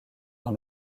dans